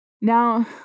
Now